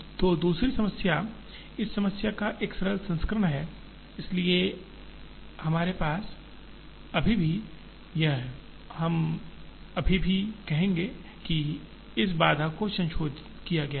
तो दूसरी समस्या इस समस्या का एक सरल संस्करण है इसलिए हमारे पास अभी भी यह है हम अभी भी कहेंगे कि इस बाधा को संशोधित किया गया है